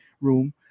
room